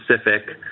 specific